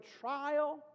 trial